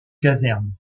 caserne